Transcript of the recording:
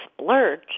splurge